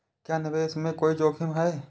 क्या निवेश में कोई जोखिम है?